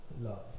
love